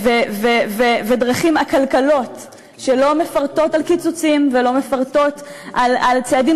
ודרכים עקלקלות שלא מפרטות על קיצוצים ולא מפרטות על צעדים